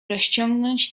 rozciągnąć